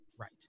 Right